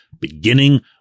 beginning